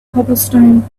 cobblestone